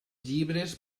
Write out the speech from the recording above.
llibres